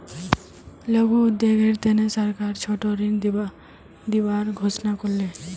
लघु उद्योगेर तने सरकार छोटो ऋण दिबार घोषणा कर ले